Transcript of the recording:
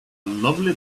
lovely